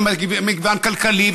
ומגוון כלכלי,